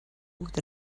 with